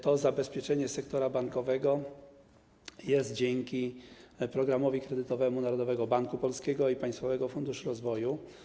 To zabezpieczenie sektora bankowego jest możliwe m.in. dzięki programowi kredytowemu Narodowego Banku Polskiego i Państwowego Funduszu Rozwoju.